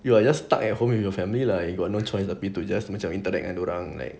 you will just stuck at home with your family lah you got no choice but just to interact dengan dia orang like